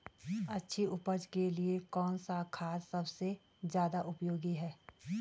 अच्छी उपज के लिए कौन सा खाद सबसे ज़्यादा उपयोगी है?